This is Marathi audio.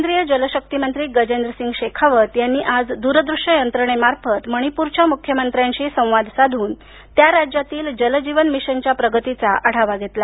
केंद्रीय जलशक्ती मंत्री गजेंद्रसिंग शेखावत यांनी आज दूरदृष्य यंत्रणेमार्फत मणिपूरच्या मुख्यमंत्र्यांशी संवाद साधून त्या राज्यातील जलजीवन मिशनच्या प्रगतीचा आढावा घेतला